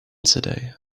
today